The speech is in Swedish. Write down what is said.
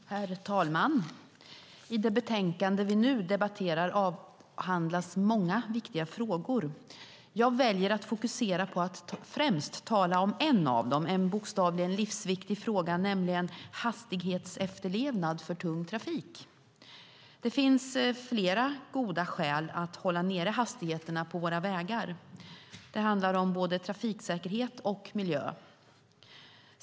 Herr talman! I det betänkande vi nu debatterar avhandlas många viktiga frågor. Jag väljer att fokusera på en av dem, en bokstavligen livsviktig fråga, nämligen hastighetsefterlevnad för tung trafik. Det finns flera goda skäl att hålla nere hastigheterna på våra vägar. Det handlar om både trafiksäkerhet och miljö.